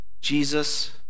Jesus